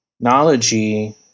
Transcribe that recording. technology